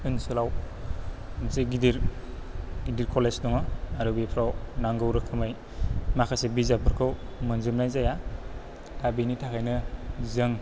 ओनसोलाव मोनसे गिदिर गिदिर कलेज दङ आरो बेफ्राव नांगौ रोखोमै माखासे बिजाबफोरखौ मोनजोबनाय जाया दा बेनि थाखायनो जों